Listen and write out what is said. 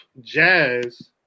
Jazz